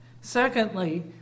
secondly